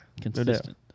consistent